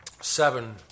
seven